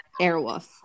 Airwolf